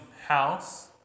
house